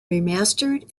remastered